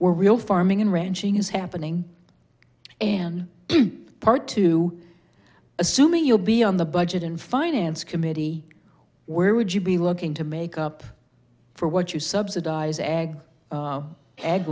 or real farming and ranching is happening and part two assuming you'll be on the budget and finance committee where would you be looking to make up for what you subsidize a